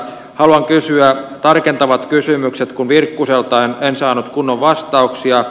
haluan kysyä tarkentavat kysymykset kun virkkuselta en saanut kunnon vastauksia